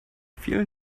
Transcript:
vielen